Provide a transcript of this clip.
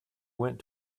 went